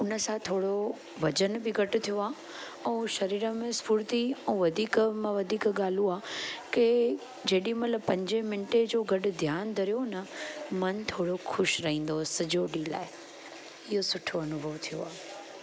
उनसां थोरो वज़न बि घटि थियो आहे ऐं शरीर में स्फुर्ती वधीक में वधीक ॻाल्हि उहा आहे कि जेॾी महिल पंजे मिंट जो गॾु ध्यानु धरियो न मन थोरो ख़ुशि रहंदो सॼो ॾींहं लाइ इहो सुठो अनुभव थियो आहे